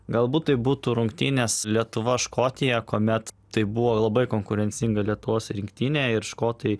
galbūt tai būtų rungtynės lietuva škotija kuomet tai buvo labai konkurencinga lietuvos rinktinė ir škotai